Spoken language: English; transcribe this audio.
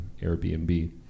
Airbnb